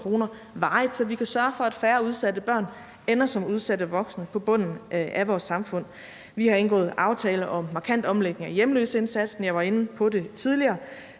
så vi kan sørge for, at færre udsatte børn ender som udsatte voksne på bunden af vores samfund. Vi har indgået en aftale om en markant omlægning af hjemløseindsatsen, hvilket jeg var inde på tidligere,